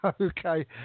Okay